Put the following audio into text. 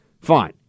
fine